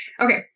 Okay